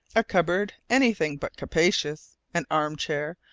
a cupboard anything but capacious, an arm-chair,